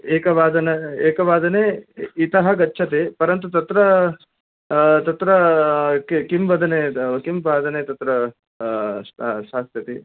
एकवादन एकवादने इतः गच्छति परन्तु तत्र तत्र किं वदने किं वादने तत्र स्थास्यति